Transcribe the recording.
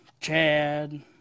Chad